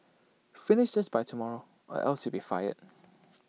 finish this by tomorrow or else you'll be fired